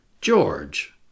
George